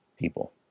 people